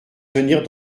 venir